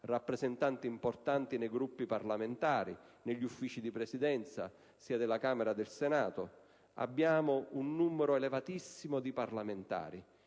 rappresentanti importanti nei Gruppi parlamentari e negli Uffici di Presidenza, sia della Camera che del Senato. Abbiamo un numero elevatissimo di parlamentari,